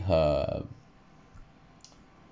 her